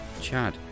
Chad